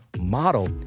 model